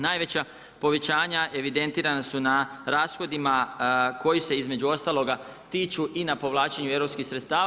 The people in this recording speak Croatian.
Najveća povećanja evidentirana su na rashodima koji se između ostaloga tiču i na povlačenju europskih sredstava.